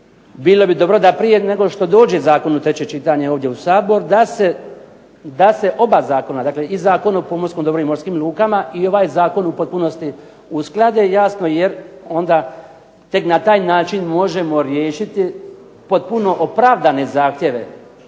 bilo bi dobro da prije nego što dođe zakon u treće čitanje ovdje u Sabor da se oba zakona, dakle i Zakon o pomorskom dobru i morskim lukama i ovaj zakon u potpunosti usklade, jasno jer onda tek na taj način možemo riješiti potpuno opravdane zahtjeve